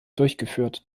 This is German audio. durchgeführt